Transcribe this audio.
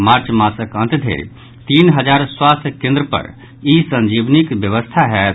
मार्च मासक अंत धरि तीन हजार स्वास्थ्य केन्द पर ई संजीविनीक व्यवस्था होयत